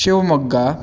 Shivamogga